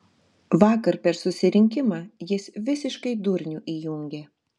vakar per susirinkimą jis visiškai durnių įjungė